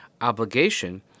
obligation